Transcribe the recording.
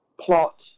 plot